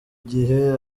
gihe